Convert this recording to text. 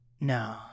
No